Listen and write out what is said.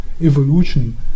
evolution